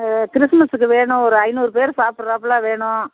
கிறிஸ்மஸுக்கு வேணும் ஒரு ஐந்நூறு பேர் சாப்பிட்றாப்புல வேணும்